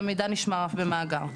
והמידע נשמר אף במאגר.